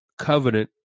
Covenant